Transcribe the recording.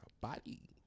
body